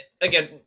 Again